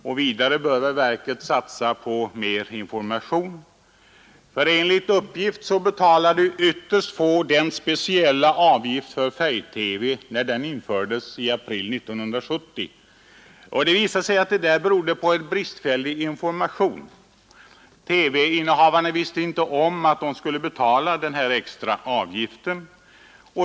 Vidare bör väl verket satsa på mera information. Enligt uppgift betalade ytterst få den speciella avgiften för färg-TV, när den infördes i april 1970. Det visade sig att det berodde på bristfällig information. Innehavarna av färg-TV visste inte om att de skulle betala en extraavgift.